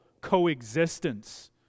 coexistence